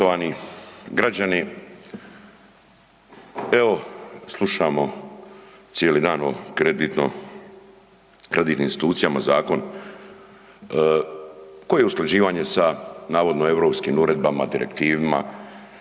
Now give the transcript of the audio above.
Poštovani građani evo slušamo cijeli dan o kreditno, kreditnim institucijama zakon koji je usklađivanje sa navodno europskim uredbama, direktivima,